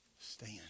stand